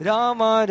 Rama